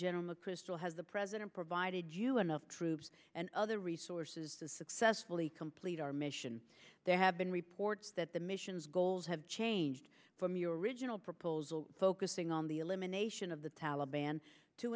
mcchrystal has the president provided you enough troops and other resources to successfully complete our mission there have been reports that the missions goals have changed from your original proposal focusing on the elimination of the taliban t